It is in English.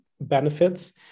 benefits